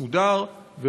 מסודר,